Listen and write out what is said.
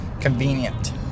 convenient